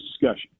discussion